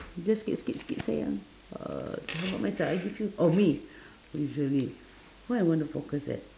we just skip skip skip sayang uh how about my side I give you oh me usually where I wanna focus at